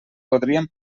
podríem